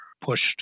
pushed